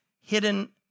hidden